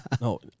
no